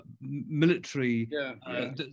military